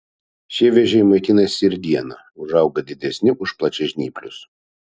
šie vėžiai maitinasi ir dieną užauga didesni už plačiažnyplius